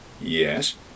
Yes